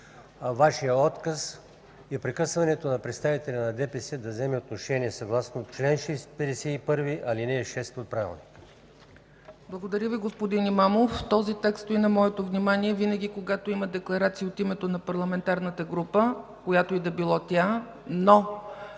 Вашия отказ и прекъсването на представителя на ДПС да вземе отношение съгласно чл. 51, ал. 6 от Правилника. ПРЕДСЕДАТЕЛ ЦЕЦКА ЦАЧЕВА: Благодаря Ви, господин Имамов. Този текст стои на моето внимание винаги, когато има декларация от името на парламентарната група, която и да било тя, но